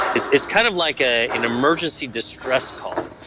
it's it's kind of like ah an emergency distress call.